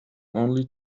only